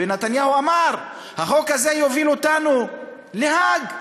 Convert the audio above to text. ונתניהו אמר: החוק הזה יוביל אותנו להאג.